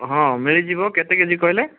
ହଁ ମିଳିଯିବ କେତେ କେଜି କହିଲେ